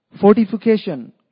Fortification